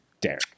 Derek